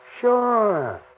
Sure